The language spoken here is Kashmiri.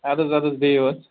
اَدٕ حظ اَدٕ حظ بِہِو حظ